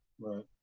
right